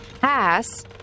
pass